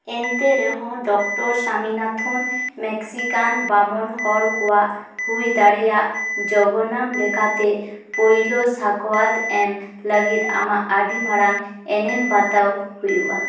ᱮᱱᱛᱮᱨᱮᱦᱚᱸ doctor Swaminathan Mexican ᱵᱟᱢᱚᱱ ᱦᱚᱲ ᱠᱚᱣᱟᱜ ᱦᱩᱭᱫᱟᱲᱮᱭᱟᱜ ᱡᱚᱜᱚᱱᱟᱢ ᱞᱮᱠᱟᱛᱮ ᱯᱳᱭᱞᱳ ᱥᱟᱠᱚᱣᱟᱛ ᱮᱢ ᱞᱟᱹᱜᱤᱫ ᱟᱢᱟᱜ ᱟᱹᱰᱤ ᱢᱟᱨᱟᱝ ᱮᱱᱮᱢ ᱵᱟᱛᱟᱣ ᱦᱩᱭᱩᱜᱼᱟ